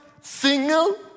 single